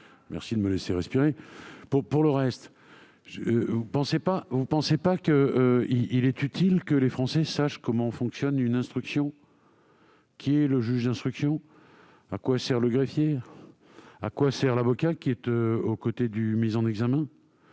Merci de me laisser respirer ... Pour le reste, ne pensez-vous pas qu'il soit utile que les Français sachent comment fonctionne une instruction, qui est le juge d'instruction, à quoi sert le greffier, à quoi sert l'avocat aux côtés du mis en examen ?